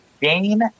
gain